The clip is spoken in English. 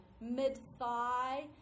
mid-thigh